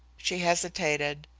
she hesitated.